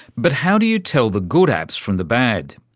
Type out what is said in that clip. but how do you tell the good apps from the bad?